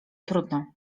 trudno